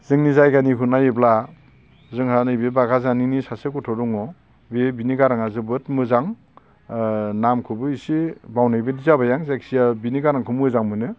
जोंनि जायगानिखौ नायोब्ला जोंहा नैबे बागाजानिनि सासे गथ' दङ बे बिनि गाराङा जोबोद मोजां ओ नामखोबो एसे बावनायबादि जाबाय आं जायखिजाया बिनि गारांखौ मोजां मोनो